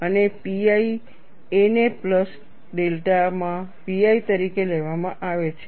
અને pi a ને plus delta માં pi તરીકે લેવામાં આવે છે